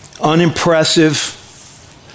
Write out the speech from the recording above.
unimpressive